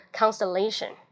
constellation